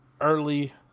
early